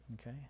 Okay